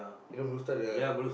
you know Blue Star the